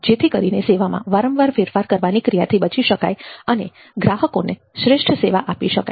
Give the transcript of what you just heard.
જેથી કરીને સેવામાં વારંવાર ફેરફાર કરવાની ક્રિયાથી બચી શકાય અને ગ્રાહકોને શ્રેષ્ઠ સેવા આપી શકાય